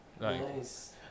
Nice